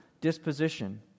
disposition